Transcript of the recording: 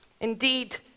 Indeed